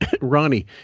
ronnie